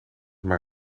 maar